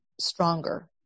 Stronger